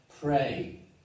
pray